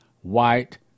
white